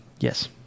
Yes